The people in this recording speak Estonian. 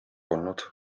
olnud